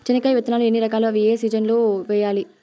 చెనక్కాయ విత్తనాలు ఎన్ని రకాలు? అవి ఏ ఏ సీజన్లలో వేయాలి?